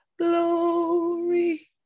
Glory